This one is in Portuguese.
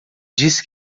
disse